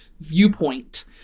viewpoint